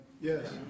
Yes